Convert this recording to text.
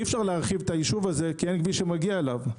אי-אפשר להרחיב את היישוב הזה כי אין כביש שמגיע אליו.